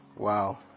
Wow